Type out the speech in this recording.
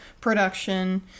production